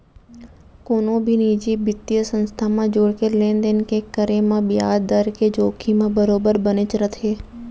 कोनो भी निजी बित्तीय संस्था म जुड़के लेन देन के करे म बियाज दर के जोखिम ह बरोबर बनेच रथे